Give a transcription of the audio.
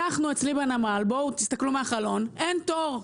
אצלי בנמל אין תור.